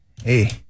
Hey